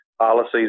policies